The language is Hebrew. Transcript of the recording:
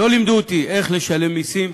לא לימדו אותי איך לשלם מסים,